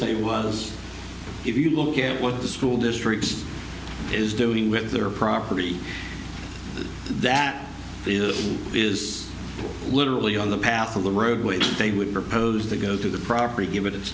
say was if you look at what the school district is doing with their property that is literally on the path of the roadways they would propose they go to the property give it it